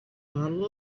bottle